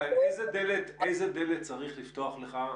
איזה דלת סגורה צריך לפתוח לך?